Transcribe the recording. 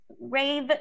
rave